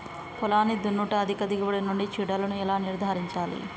పొలాన్ని దున్నుట అధిక దిగుబడి నుండి చీడలను ఎలా నిర్ధారించాలి?